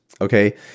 okay